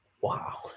Wow